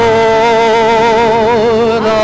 Lord